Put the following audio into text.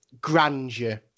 grandeur